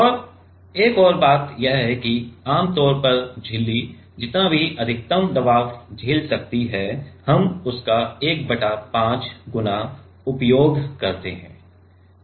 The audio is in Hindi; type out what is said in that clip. और एक और बात यह है कि आमतौर पर झिल्ली जितना भी अधिकतम दबाव झेल सकती है हम उसका 1 बटा 5 गुना उपयोग करते हैं